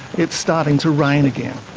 it's starting to rain again.